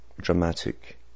dramatic